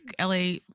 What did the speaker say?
la